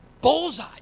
bullseye